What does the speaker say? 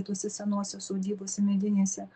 tose senose sodybose medinėse